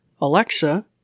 Alexa